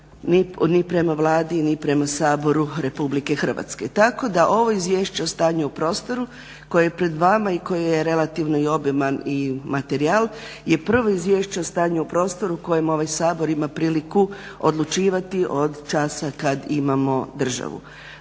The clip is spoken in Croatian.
ni prema Vladi, ni prema Saboru RH. Tako da ovo Izvješće o stanju u prostoru koje je pred vama i koje je relativno i obiman i materijal, je prvo izvješće o stanju u prostoru kojem ovaj Sabor ima priliku odlučivati od časa kad imamo državu.